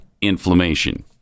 inflammation